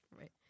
right